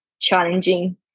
challenging